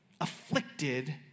afflicted